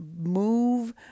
move